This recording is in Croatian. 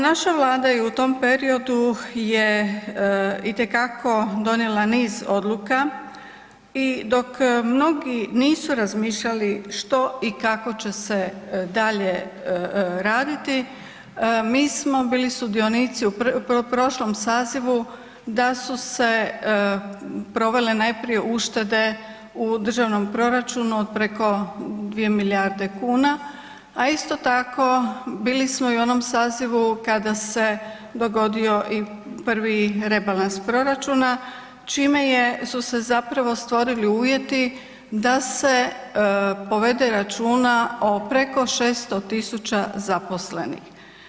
Naša Vlada je u tom periodu je itekako donijela niz odluka i dok mnogi nisu razmišljali što i kako će se dalje raditi, mi smo bili sudionici u prošlom sazivu da su se provele najprije uštede u državnom proračunu od preko 2 milijarde kuna, a isto tako bili smo i u onom sazivu kada se dogodio i prvi rebalans proračuna, čime je su se zapravo stvorili uvjeti da se povede računa od preko 600 tisuća zaposlenih.